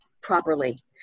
properly